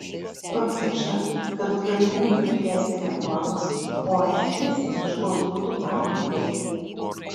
pabrėžta kad ukraina turi tęsti reformas o es ieškos būdų paramai teikti